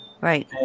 Right